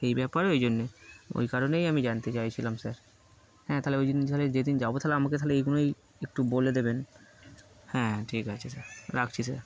এই ব্যাপারে ওই জন্যে ওই কারণেই আমি জানতে চাইছিলাম স্যার হ্যাঁ তাহলে ওই জন্য তাহলে যেদিন যাবো তাহলে আমাকে তাহলে এইগুলোই একটু বলে দেবেন হ্যাঁ ঠিক আছে স্যার রাখছি স্যার